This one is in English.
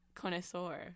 connoisseur